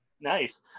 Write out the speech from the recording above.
nice